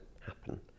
happen